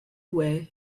well